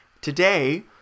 today